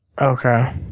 Okay